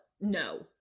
no